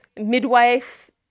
midwife